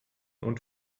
und